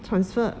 transfer